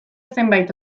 zenbait